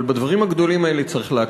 אבל בדברים הגדולים האלה צריך להקפיד.